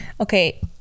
okay